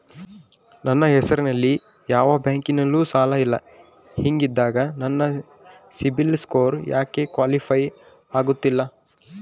ನನ್ನ ಹೆಸರಲ್ಲಿ ಯಾವ ಬ್ಯಾಂಕಿನಲ್ಲೂ ಸಾಲ ಇಲ್ಲ ಹಿಂಗಿದ್ದಾಗ ನನ್ನ ಸಿಬಿಲ್ ಸ್ಕೋರ್ ಯಾಕೆ ಕ್ವಾಲಿಫೈ ಆಗುತ್ತಿಲ್ಲ?